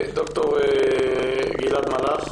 ד"ר גלעד מלאך.